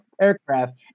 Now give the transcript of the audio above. aircraft